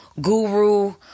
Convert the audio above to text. Guru